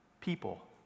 people